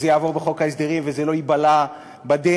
וזה יעבור בחוק ההסדרים וזה לא ייבלע בדרך,